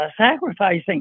sacrificing